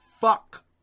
fuck